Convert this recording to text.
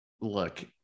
Look